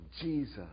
Jesus